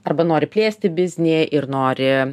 arba nori plėsti biznį ir nori